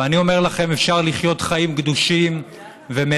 ואני אומר לכם, אפשר לחיות חיים גדושים ומלאים,